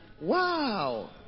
wow